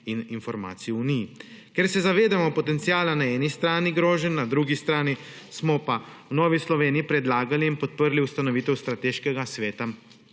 in informacij v uniji. Ker se zavedamo potenciala na eni strani groženj, na drugi strani smo pa v Novi Sloveniji predlagali in podprli ustanovitev Strateškega sveta